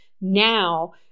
Now